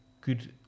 good